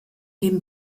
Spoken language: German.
den